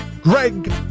Greg